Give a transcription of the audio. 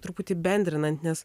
truputį bendrinant nes